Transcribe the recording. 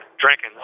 drinking